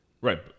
Right